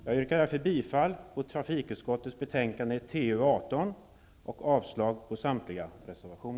Jag yrkar därför bifall till hemställan i trafikutskottets betänkande TU18